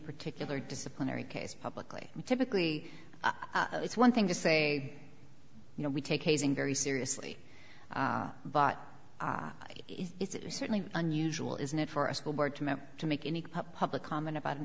particular disciplinary case publicly typically it's one thing to say you know we take you seriously but it's certainly unusual isn't it for a school board member to make any public comment about an